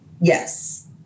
yes